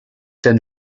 then